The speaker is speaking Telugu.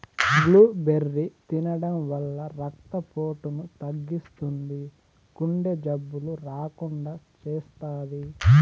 బ్లూబెర్రీ తినడం వల్ల రక్త పోటును తగ్గిస్తుంది, గుండె జబ్బులు రాకుండా చేస్తాది